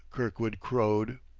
kirkwood crowed.